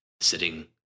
sitting